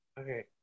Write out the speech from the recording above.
Okay